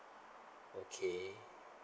okay